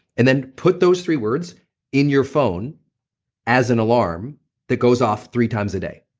and then put those three words in your phone as an alarm that goes off three times a day.